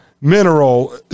mineral